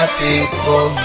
people